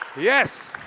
yes.